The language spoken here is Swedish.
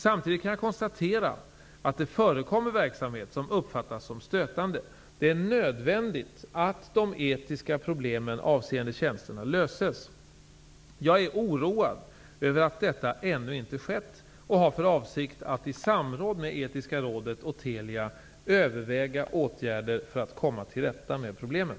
Samtidigt kan jag konstatera att det förekommer verksamhet som uppfattas som stötande. Det är nödvändigt att de etiska problemen avseende tjänsterna löses. Jag är oroad över att detta ännu inte skett och har för avsikt att i samråd med Etiska rådet och Telia överväga åtgärder för att komma till rätta med problemen.